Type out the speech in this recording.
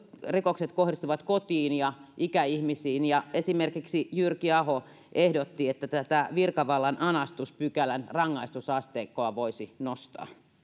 rikokset kohdistuvat kotiin ja ikäihmisiin esimerkiksi jyrki aho ehdotti että virkavallan anastusta koskevan pykälän rangaistusasteikkoa voisi nostaa